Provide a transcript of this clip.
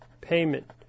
payment